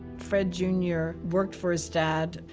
fred junior worked for his dad,